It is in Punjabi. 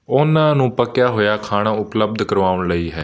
ਉਹਨਾਂ ਨੂੰ ਪੱਕਿਆ ਹੋਇਆ ਖਾਣਾ ਉਪਲਬਧ ਕਰਵਾਉਣ ਲਈ ਹੈ